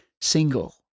single